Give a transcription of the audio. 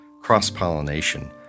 cross-pollination